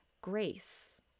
grace